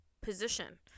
position